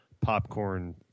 popcorn